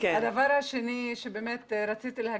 הדבר השני שרציתי להגיד,